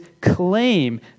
claim